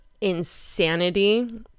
insanity